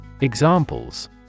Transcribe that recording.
Examples